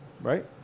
right